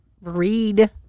read